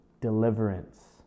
Deliverance